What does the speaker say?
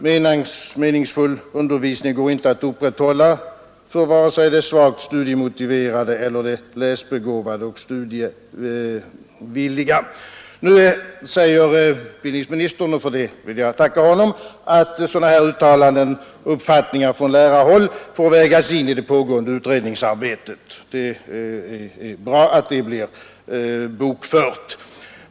Meningsfull undervisning går inte att upprätthålla för vare sig de svagt studiemotiverade eller de läsbegåvade och studievilliga. Nu säger utbildningsministern, och för det vill jag tacka honom, att sådana här uppfattningar från lärarhåll får vägas in i det pågående utredningsarbetet. Det är bra att det blir bokfört.